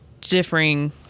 differing